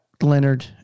Leonard